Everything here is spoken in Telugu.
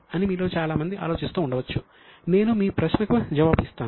అని మీలో చాలామంది ఆలోచిస్తూ ఉండవచ్చు నేను మీ ప్రశ్నకు జవాబు ఇస్తాను